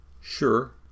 Sure